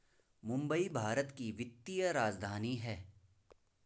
मुंबई भारत की वित्तीय राजधानी है